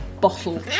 bottle